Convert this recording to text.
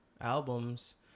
albums